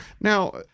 Now